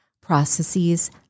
processes